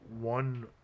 one